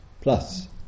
plus